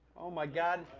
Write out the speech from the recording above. oh my god.